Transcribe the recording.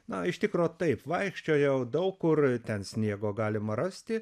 na iš tikro taip vaikščiojau daug kur ten sniego galima rasti